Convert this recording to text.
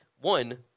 one